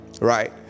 Right